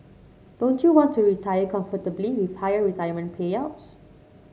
don't you want to retire comfortably with higher retirement payouts